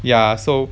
ya so